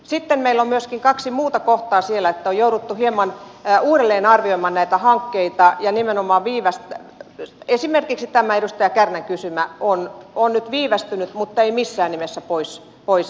sitten meillä on myöskin kaksi muuta kohtaa siellä joissa on jouduttu hieman uudelleen arvioimaan näitä hankkeita ja nimenomaan esimerkiksi tämä edustaja kärnän kysymä on nyt viivästynyt mutta ei missään nimessä pois listoilta